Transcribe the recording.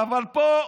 אבל פה,